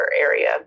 area